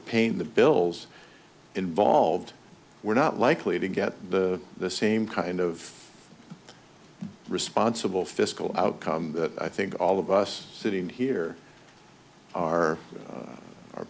paying the bills involved we're not likely to get the the same kind of responsible fiscal outcome that i think all of us sitting here are